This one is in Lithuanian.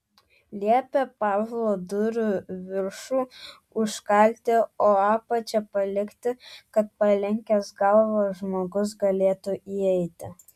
liepė pavlo durų viršų užkalti o apačią palikti kad palenkęs galvą žmogus galėtų įeiti